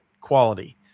quality